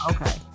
Okay